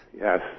Yes